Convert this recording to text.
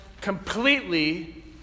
completely